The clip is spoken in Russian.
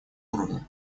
уровне